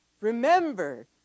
Remember